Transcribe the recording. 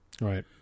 Right